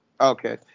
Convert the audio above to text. okay